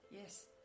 yes